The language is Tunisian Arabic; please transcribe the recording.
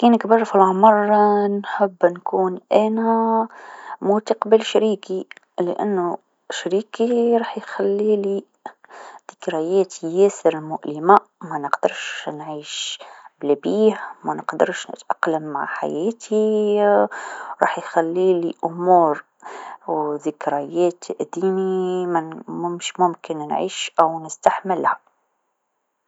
كنكبر في العمر نحب نكون أنا موتي قبل شريكي لأنو شريكي راح يخليلي ذكريات ياسر مؤلمه منقدرش نعيش بلا بيه و منقدرش نتأقلم مع حياتي راح يخليلي أمور و ذكريات تأذيني مش ممكن نعيش أو نستحملها.